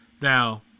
Now